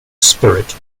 spirit